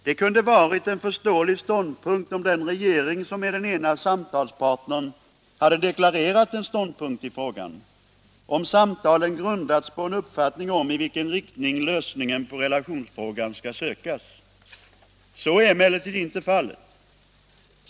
Det kunde varit en förståelig ståndpunkt om den regering som är den ena samtalspartnern hade deklarerat en ståndpunkt i frågan, om samtalen grundats på en uppfattning om i vilken riktning lösningen på relationsfrågan skall sökas. Så är emellertid inte fallet.